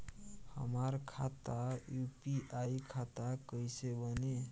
हमार खाता यू.पी.आई खाता कईसे बनी?